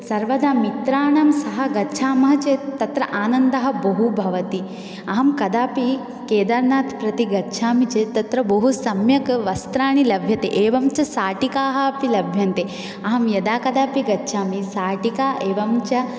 सर्वदा मित्राणां सह गच्छामः चेत् तत्र आनन्दः बहु भवति अहं कदापि केदार्नाथ् प्रति गच्छामि चेत् तत्र बहु सम्यक् वस्त्राणि लभ्यते एवं च शाटिकाः अपि लभ्यन्ते अहं यदा कदापि गच्छामि शाटिका एवञ्च